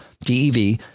dev